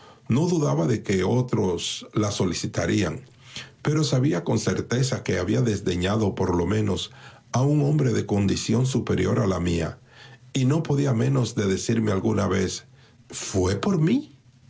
no dudaba de que otros la solicitarían pero sabía con certeza que había desdeñado por lo menos a un hombre de condición superior a la mía y no podía menos de decirme alguna vez fué por mí